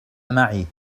معي